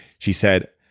she said,